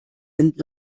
sind